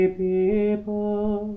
people